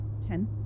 Ten